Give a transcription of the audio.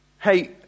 Hey